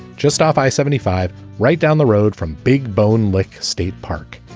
just off i seventy five, right down the road from big bone lake state park.